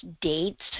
date's